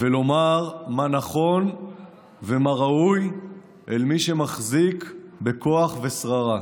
ולומר מה נכון ומה ראוי אל מי שמחזיק בכוח ובשררה.